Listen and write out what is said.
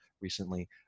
recently